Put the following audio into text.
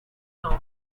elm